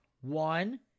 One